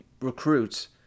recruits